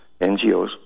NGOs